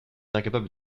incapable